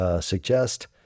Suggest